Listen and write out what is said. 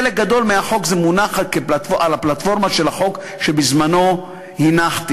חלק גדול מהחוק מונח על הפלטפורמה של החוק שבזמנו הנחתי.